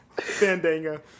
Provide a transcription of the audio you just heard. Fandango